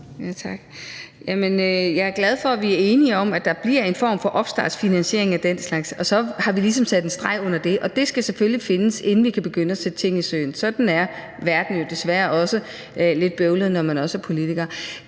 Jeg er glad for, at vi er enige om, at der bliver en form for opstartsfinansiering af den slags. Så har vi ligesom sat en streg under det. Den skal selvfølgelig findes, inden vi kan begynde at sætte ting i søen. Sådan er verden jo desværre også lidt bøvlet, når man er politiker.